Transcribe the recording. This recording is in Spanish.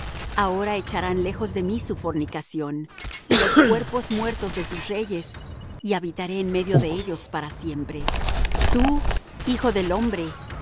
ahora echarán lejos de mí su fornicación y los cuerpos muertos de sus reyes y habitaré en medio de ellos para siempre tú hijo del hombre